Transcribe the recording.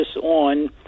on